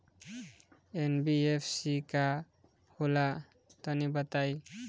NBFC का होला तनि बताई?